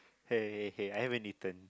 hey hey hey I haven't eaten